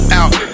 out